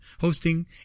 hosting